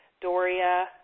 Doria